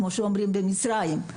כמו שאומרים במצרים,